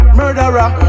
murderer